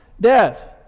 death